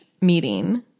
meeting